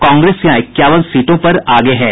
कांग्रेस यहां इक्यावन सीटों पर आगे चल रही है